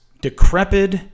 decrepit